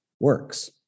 works